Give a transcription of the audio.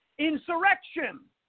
Insurrection